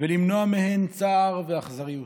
ולמנוע מהן צער ואכזריות.